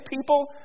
people